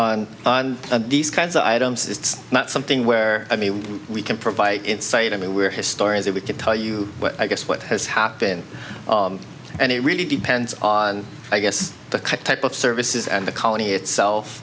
amount on these kinds of items it's not something where i mean we can provide insight i mean we're historians or we can tell you but i guess what has happened and it really depends on i guess the type of services and the colony itself